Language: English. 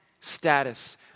status